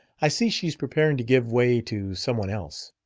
i see she's preparing to give way to some one else.